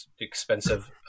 expensive